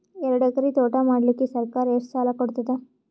ಎರಡು ಎಕರಿ ತೋಟ ಮಾಡಲಿಕ್ಕ ಸರ್ಕಾರ ಎಷ್ಟ ಸಾಲ ಕೊಡತದ?